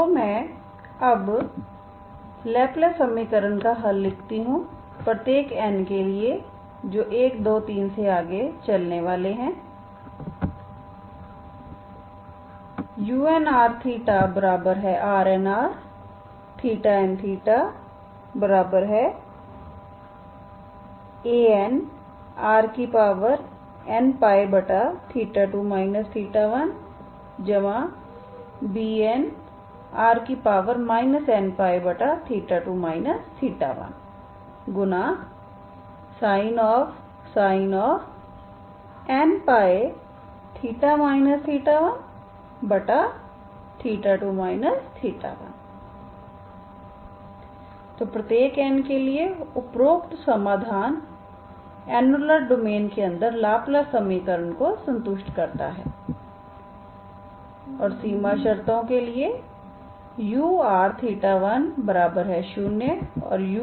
तो अब मैं लैपलेस समीकरण का हल लिखती हूं प्रत्येक n के लिए 1 2 3 से आगे चलने वाले है unrθRnrϴnAnrnπ2 1Bnr nπ2 1sin nπθ 12 1 तो प्रत्येक n के लिए उपरोक्त समाधान अनुलर डोमेन के अंदर लाप्लास समीकरण को संतुष्ट करता है और सीमा शर्तों के लिए ur10 और ur20